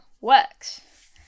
works